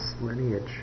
lineage